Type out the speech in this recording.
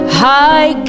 high